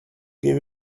give